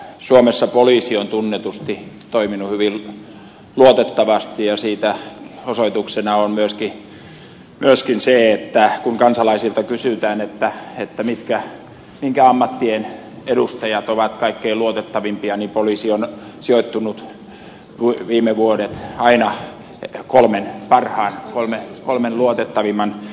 suomessa poliisi on tunnetusti toiminut hyvin luotettavasti ja siitä osoituksena on myöskin se että kun kansalaisilta kysytään minkä ammattien edustajat ovat kaikkein luotettavimpia niin poliisi on sijoittunut viime vuodet aina kolmen parhaan kolmen luotettavimman joukkoon